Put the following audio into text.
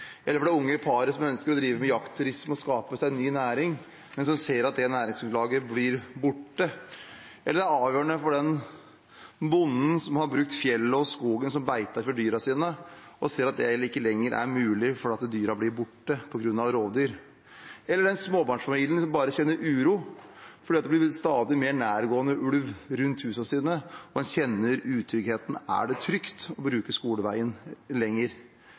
eller for det unge paret som ønsker å drive med jaktturisme og skape seg en ny næring, men som ser at det næringsgrunnlaget blir borte. Den er avgjørende for den bonden som har brukt fjellet og skogen som beite for dyrene sine, og ser at det ikke lenger er mulig fordi dyrene blir borte på grunn av rovdyr, eller den småbarnsfamilien som bare kjenner uro fordi det blir stadig mer nærgående ulv rundt huset deres, og som kjenner på utryggheten: Er det trygt å bruke skoleveien lenger?